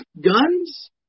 guns